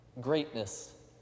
greatness